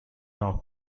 now